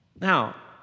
Now